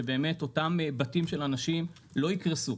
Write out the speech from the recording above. שאותם בתים של אנשים לא יקרסו,